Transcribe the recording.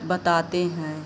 बताते हैं